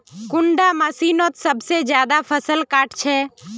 कुंडा मशीनोत सबसे ज्यादा फसल काट छै?